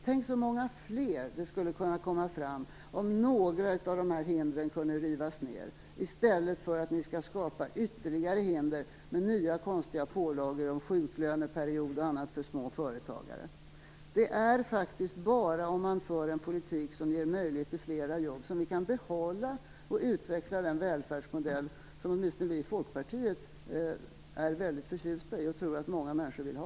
Tänk så många fler det skulle kunna komma fram om några av dessa hinder kunde rivas ned, i stället för att ni skall skapa ytterligare hinder med nya, konstiga pålagor som sjuklöneperiod och annat för små företagare. Det är faktiskt bara om man för en politik som ger möjlighet till fler jobb som vi kan behålla och utveckla den välfärdsmodell som åtminstone vi i Folkpartiet är väldigt förtjusta i och tror att många människor vill ha.